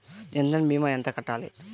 జన్ధన్ భీమా ఎంత కట్టాలి?